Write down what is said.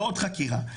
ועוד חקירה.